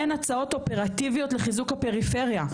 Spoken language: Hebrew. אין הצעות אופרטיביות לחיזוק הפריפריה,